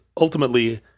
ultimately